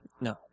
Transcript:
No